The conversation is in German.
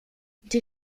die